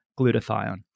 glutathione